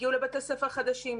הגיעו לבתי ספר חדשים,